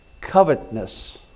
covetousness